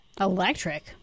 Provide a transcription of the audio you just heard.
electric